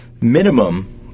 minimum